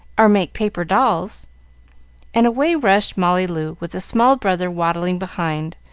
or make paper dolls and away rushed molly loo, with the small brother waddling behind,